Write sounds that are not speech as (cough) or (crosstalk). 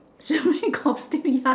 (laughs) she always got